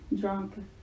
drunk